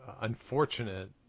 unfortunate